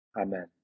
Amen